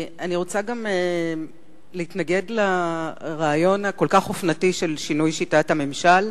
אני רוצה גם להתנגד לרעיון הכל-כך אופנתי של שינוי שיטת הממשל.